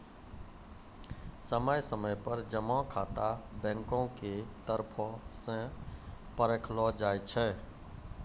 समय समय पर जमा खाता बैंको के तरफो से परखलो जाय छै